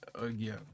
again